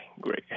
Great